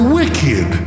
wicked